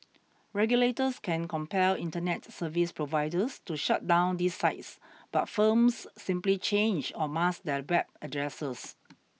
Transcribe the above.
regulators can compel internet service providers to shut down these sites but firms simply change or mask their web addresses